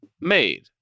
made